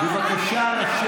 בבקשה.